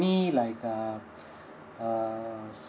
any like err err